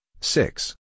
six